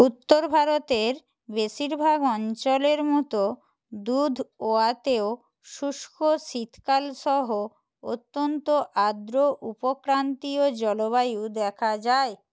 উত্তর ভারতের বেশিরভাগ অঞ্চলের মতো দুধওয়াতেও শুষ্ক শীতকাল সহ অত্যন্ত আর্দ্র উপক্রান্তীয় জলবায়ু দেখা যায়